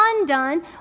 undone